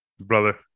brother